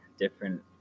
different